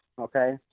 Okay